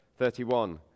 31